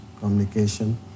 Communication